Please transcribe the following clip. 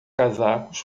casacos